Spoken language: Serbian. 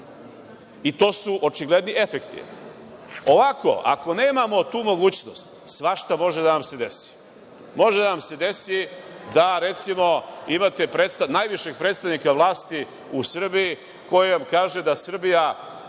To su očigledni efekti. Ovako, ako nemamo tu mogućnost, svašta može da nam se desi. Može da nam se desi, da recimo, imate najvišeg predstavnika vlasti u Srbiji koji vam kaže da Srbija,